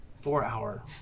four-hour